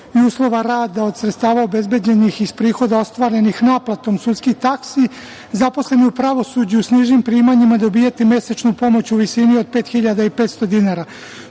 i uslova rada od sredstava obezbeđenih iz prihoda i ostvarenih naplatom sudskih taksi, zaposleni u pravosuđu s nižim primanjima dobijati mesečnu pomoć u visini od 5.500 dinara.